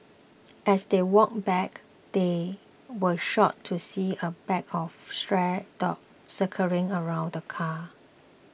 as they walked back they were shocked to see a pack of stray dogs circling around the car